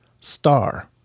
star